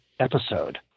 Episode